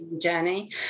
journey